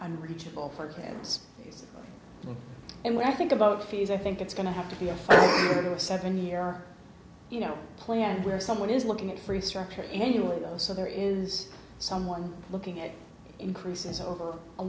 unreachable parklands and when i think about fees i think it's going to have to be afraid of a seven year are you know planned where someone is looking at free structure annually though so there is someone looking at increases over a